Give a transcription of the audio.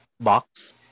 box